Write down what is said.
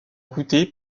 coûté